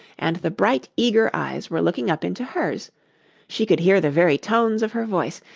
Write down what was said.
and the bright eager eyes were looking up into hers she could hear the very tones of her voice,